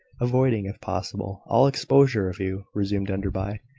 avoiding, if possible, all exposure of you, resumed enderby,